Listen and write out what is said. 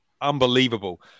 Unbelievable